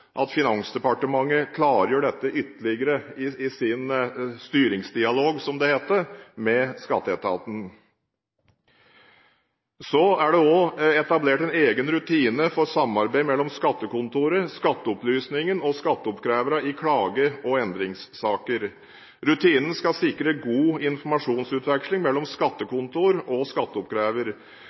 Finansdepartementet klargjøre dette ytterligere i sin styringsdialog – som det heter – med skatteetaten. Så er det også etablert en egen rutine for samarbeid mellom skattekontoret, skatteopplysningen og skatteoppkreverne i klage- og endringssaker. Rutinen skal sikre god informasjonsutveksling mellom skattekontor og skatteoppkrever,